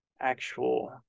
actual